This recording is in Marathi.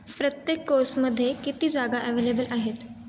प्रत्येक कोर्समध्ये किती जागा ॲवेलेबल आहेत